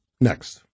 next